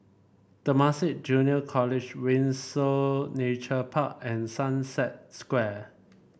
Temasek Junior College Windsor Nature Park and Sunset Square